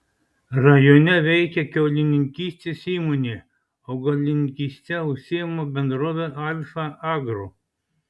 rajone veikia kiaulininkystės įmonė augalininkyste užsiima bendrovė alfa agro